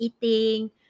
eating